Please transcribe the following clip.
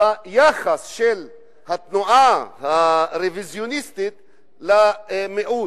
היחס של התנועה הרוויזיוניסטית למיעוט.